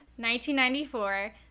1994